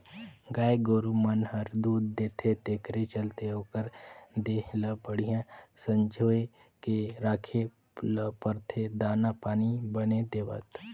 गाय गोरु मन हर दूद देथे तेखर चलते ओखर देह ल बड़िहा संजोए के राखे ल परथे दाना पानी बने देवत